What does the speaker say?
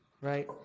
right